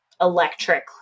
electric